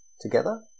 together